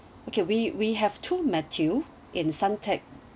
okay we we have two matthew in suntec